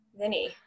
Vinny